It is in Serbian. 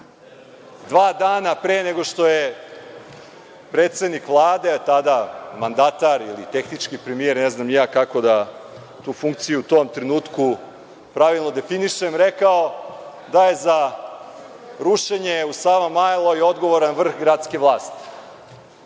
dva dana pre nego što je predsednik Vlade, a tada mandatar ili tehnički premijer, ne znam ni ja kako da tu funkciju u tom trenutku pravilno definišem, rekao da je za rušenje u Savamaloj odgovoran vrh gradske vlasti.